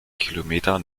kilometer